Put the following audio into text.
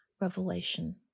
Revelation